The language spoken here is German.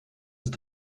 ist